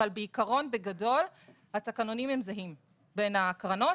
אבל בעיקרון בגדול התקנונים הם זהים בין הקרנות